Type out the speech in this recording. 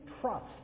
trust